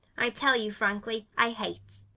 i tell you frankly, i hate.